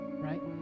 right